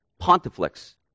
pontiflex